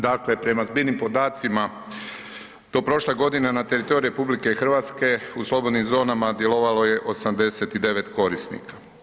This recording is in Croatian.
Dakle, prema zbiljnim podacima, do prošle godine na teritoriju RH u slobodnim zonama djelovalo je 89 korisnika.